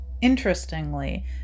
Interestingly